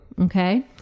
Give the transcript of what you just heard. Okay